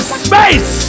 space